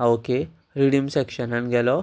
आं okay redeem सेक्शनान गेलो